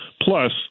plus